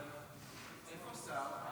איפה שר?